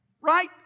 Right